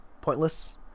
pointless